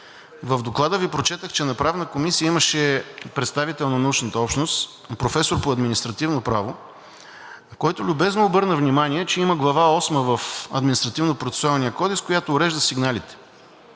В Доклада Ви прочетох, че в Правната комисия имаше представител на научната общност – професор по административно право, който любезно обърна внимание, че има глава VIII в Административнопроцесуалния кодекс, която урежда сигналите,